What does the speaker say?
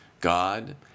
God